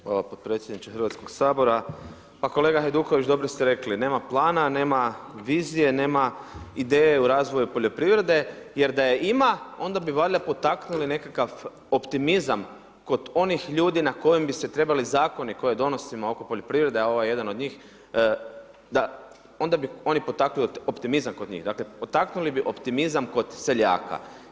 Hvala potpredsjedniče Hrvatskog Sabora, pa kolega Hajdiković dobro ste rekli, nema plana, nema vizije, nema ideje u razvoju poljoprivrede, jer da je ima onda bi valjda potaknuli nekakav optimizam kod onih ljudi na kojim bi se trebali zakoni koje donosimo oko poljoprivrede, a ovo je jedan od njih, onda bi oni potaknuli optimizam kod njih, dakle potaknuli bi optimizam kod seljaka.